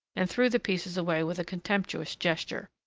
and threw the pieces away with a contemptuous gesture.